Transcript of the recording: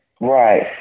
Right